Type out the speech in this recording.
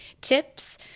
tips